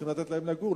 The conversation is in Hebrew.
צריכים לתת להם לגור,